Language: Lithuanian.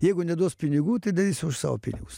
jeigu neduos pinigų tai darysiu už savo pinigus